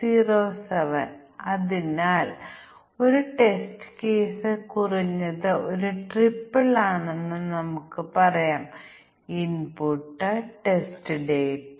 മറ്റൊന്ന് പ്രത്യേക അപകടസാധ്യതയാണ് അവിടെ പ്രോഗ്രാം തരം പ്രശ്ന വിവരണം മുതലായവയെ ആശ്രയിച്ചിരിക്കുന്നു